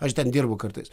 aš ten dirbu kartais